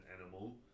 animal